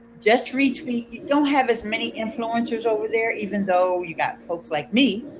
just retweet, you don't have as many influencers over there even though you got folks like me!